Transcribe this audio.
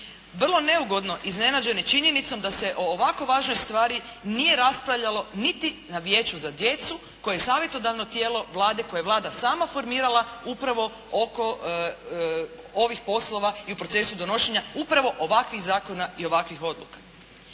vrlo neugodno iznenađene činjenicom da se o ovako važnoj stvari nije raspravljalo niti na Vijeću za djecu, koje je savjetodavno tijelo Vlade, koje je Vlada sama formirala, upravo oko ovih poslova i u procesu donošenja upravo ovakvih zakona i ovakvih odluka.